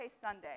Sunday